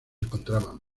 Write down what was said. encontraban